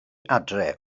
adre